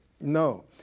no